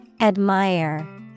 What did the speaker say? Admire